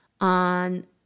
on